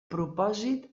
propòsit